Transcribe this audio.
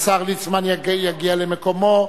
השר ליצמן יגיע למקומו.